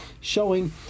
showing